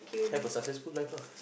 have a successful life lah